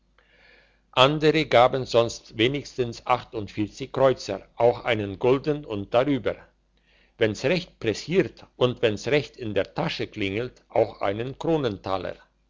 andere gaben sonst wenigstens achtundvierzig kreuzer auch einen gulden und drüber wenn's recht pressiert und wenn's recht in der tasche klingelt auch einen